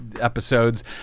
episodes